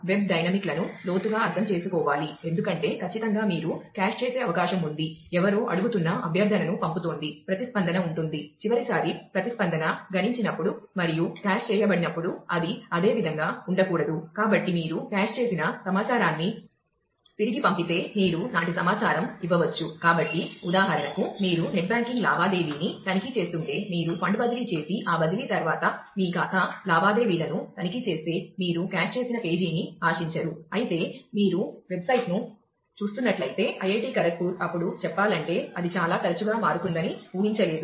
web proxy అప్పుడు చెప్పాలంటే అది చాలా తరచుగా మారుతుందని ఊహించలేదు